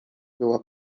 była